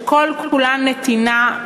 שכל-כולן נתינה,